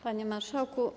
Panie Marszałku!